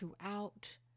throughout